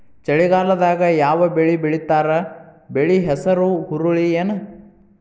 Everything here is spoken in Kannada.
ಚಳಿಗಾಲದಾಗ್ ಯಾವ್ ಬೆಳಿ ಬೆಳಿತಾರ, ಬೆಳಿ ಹೆಸರು ಹುರುಳಿ ಏನ್?